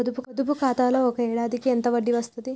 పొదుపు ఖాతాలో ఒక ఏడాదికి ఎంత వడ్డీ వస్తది?